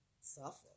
suffer